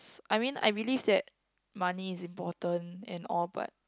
I mean I believe that money is important and all but